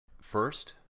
First